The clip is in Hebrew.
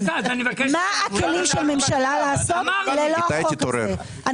מה הכלים של ממשלה לעשות ללא החוק הזה?